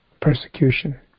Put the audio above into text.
persecution